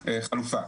חלופה,